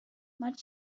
much